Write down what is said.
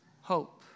hope